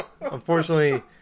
unfortunately